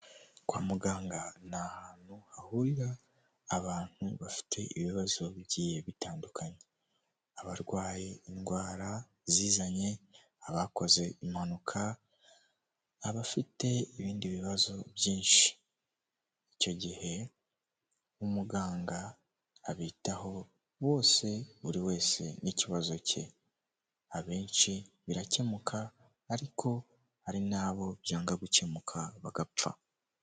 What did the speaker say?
Kwa muganga ni ahantu hahurira abantu bafite ibibazo bigiye bitandukanye, abarwaye indwara zizanye abakoze impanuka abafite ibindi bibazo byinshi, icyo gihe umuganga abitaho bose buri wese n'ikibazo cye abenshi birakemuka ariko hari nabo byanga gukemuka bagapfa.